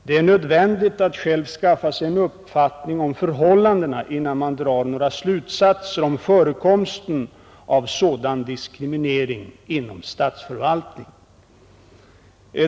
Det är nödvändigt att man själv skaffar sig en uppfattning om förhållandena innan man drar några slutsatser om förekomsten av sådan diskriminering inom statsförvaltningen.